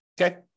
Okay